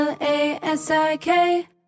L-A-S-I-K